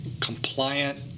compliant